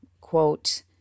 quote